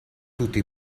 tutti